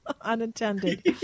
Unintended